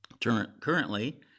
Currently